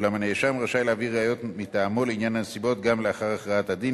אולם הנאשם רשאי להביא ראיות מטעמו לעניין הנסיבות גם לאחר הכרעת הדין,